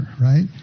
right